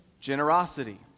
generosity